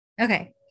Okay